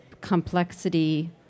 complexity